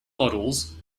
models